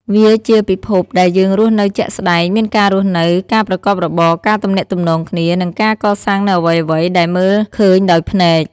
វាជាពិភពដែលយើងរស់នៅជាក់ស្តែង មានការរស់នៅ ការប្រកបរបរ ការទំនាក់ទំនងគ្នា និងការកសាងនូវអ្វីៗដែលមើលឃើញដោយភ្នែក។